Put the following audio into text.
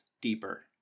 deeper